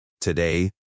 Today